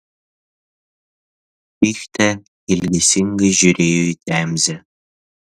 fichtė ilgesingai žiūrėjo į temzę